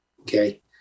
Okay